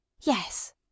Yes